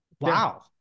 Wow